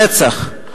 רצח.